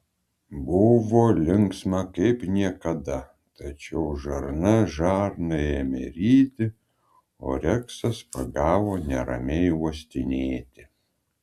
buvo linksma kaip niekada tačiau žarna žarną ėmė ryti o reksas pagavo neramiai uostinėti